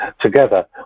together